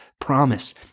promise